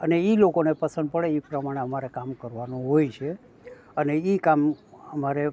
અને એ લોકોને પસંદ પડે એ પ્રમાણે અમારે કામ કરવાનું હોય છે અને એ કામ અમારે